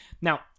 Now